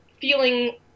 feeling